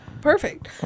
Perfect